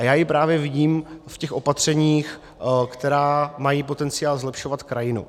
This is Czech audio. Já ji právě vidím v těch opatřeních, která mají potenciál zlepšovat krajinu.